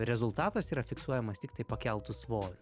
rezultatas yra fiksuojamas tiktai pakeltu svoriu